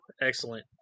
excellent